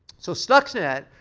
so stuxnet,